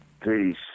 Peace